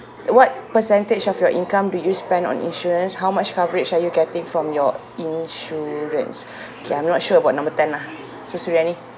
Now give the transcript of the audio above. what percentage of your income do you spend on insurance how much coverage are you getting from your insurance K I'm not sure about number ten ah so suriani